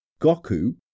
Goku